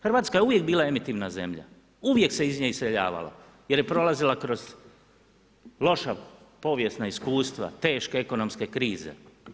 Hrvatska je uvijek bila emitivna zemlja, uvijek se iz nje iseljavalo jer je prolazila kroz loša povijesna iskustva, teške ekonomske krize.